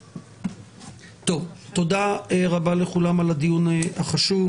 תודה רבה לכולם על הדיון החשוב.